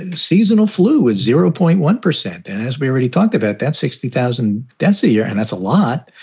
and seasonal flu is zero point one percent. and as we're really talking about that, sixty thousand deaths a year and that's a lot.